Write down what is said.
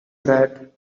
bread